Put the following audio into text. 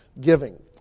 giving